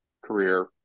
career